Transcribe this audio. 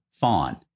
Fawn